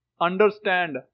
understand